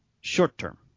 short-term